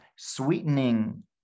sweetening